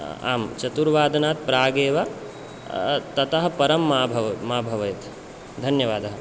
आं चतुर्वादनात् प्रागेव ततः परं मा भव मा भवेत् धन्यवादः